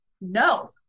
No